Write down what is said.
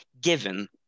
given